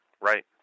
right